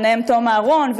וביניהם תום אהרון,